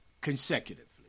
consecutively